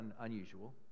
unusual